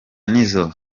nizzo